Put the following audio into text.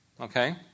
Okay